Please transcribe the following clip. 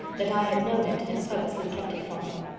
that i had known it, and purposely kept it from him.